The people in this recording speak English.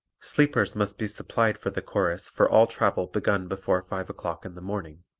sleepers must be supplied for the chorus for all travel begun before five o'clock in the morning.